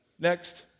Next